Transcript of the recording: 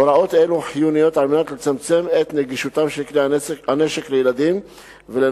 הוראות אלה חיוניות על מנת לצמצם את נגישותם של כלי הנשק לילדים ולנוער,